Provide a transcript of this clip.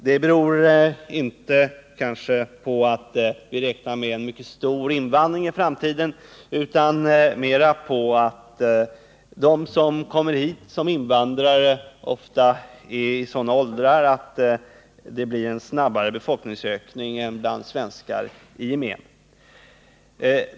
Detta beror inte på att vi förväntar oss en mycket stor invandring i framtiden utan mera på att de invandrare som kommer hit ofta är i sådan ålder att de mer än svenskarna i gemen kan bidra till en snabbare befolkningsökning.